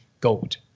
gold